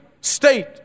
state